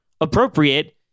appropriate